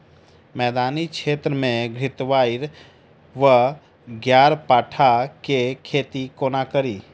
मैदानी क्षेत्र मे घृतक्वाइर वा ग्यारपाठा केँ खेती कोना कड़ी?